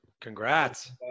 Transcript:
Congrats